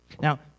Now